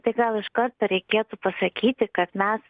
todėl iškarto reikėtų pasakyti kad mes